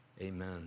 Amen